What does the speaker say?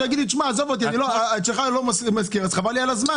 ולכן אני הולך עכשיו לוועדה של מרב בן-ארי.